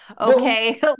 Okay